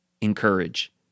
encourage